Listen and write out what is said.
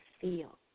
feel